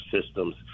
systems